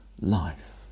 life